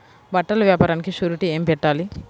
బట్టల వ్యాపారానికి షూరిటీ ఏమి పెట్టాలి?